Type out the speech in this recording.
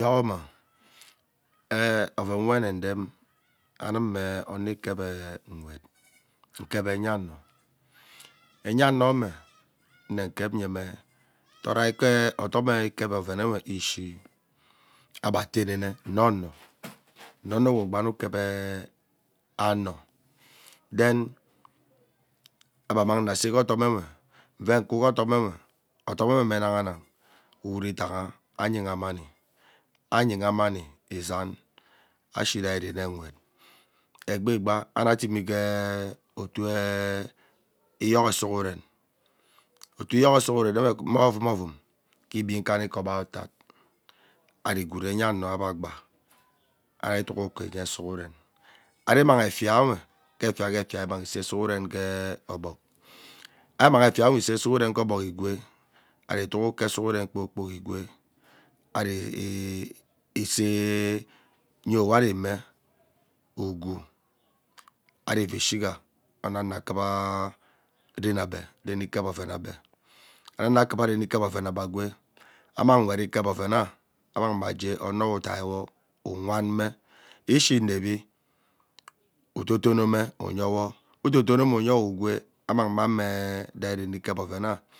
Yogorma ee oven we mmede anum mme ono ikeve ono nwet nkep enya ano enya ano emme nne nkep nye mme torei ikee odom ee ikep ovem nwe ishii agba ateme nne ono nne ono we ugbawe ukep ee ano then agbaa ammang nne asege odome we nvee kwuu ghee odomwe odomewe mmenahanang uwoot idaha ayeha mani anyiha mani izaan ishi rai rene nwet egbi igbaa ana temi gheee otu eee iyogho sughuren otu iyoghor sughuren we ee mmo ovum ovum ke igbee ukanika ughao otad ari gwood, enya-ano ava agba ari duk ukor enye sughuren ari nunang efia enwe ke fia kefia immag i isee sughuren gheee ogbog ammenghi efia nwe asee sughuren ke ogbog agwee iuhi duk ukor sughuren kpor kpok igwe ari eee iseiee nyor wari imee ugwuu ari-vi shiga anano akuvaa venagbe renikep oven agbe anano akuva renikep oven agwee ammang nwet ikep ovena ammangme agee ono we udaiwo uwanme ishii inepvi udotono me uyewo udotonome nyewo ugwee ammengmeee rai renikep oven ugha